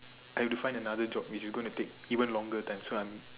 I have to find another job which is gonna take even longer time so I'm